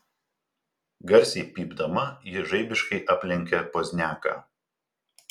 garsiai pypdama ji žaibiškai aplenkė pozniaką